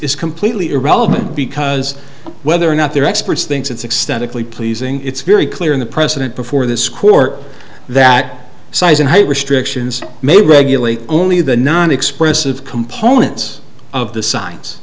is completely irrelevant because whether or not there are experts thinks it's ecstatically pleasing it's very clear in the president before this court that size and height restrictions may regulate only the non expressive components of the si